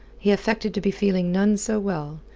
he affected to be feeling none so well,